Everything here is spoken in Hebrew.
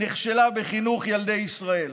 נכשלה בחינוך ילדי ישראל.